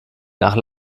nach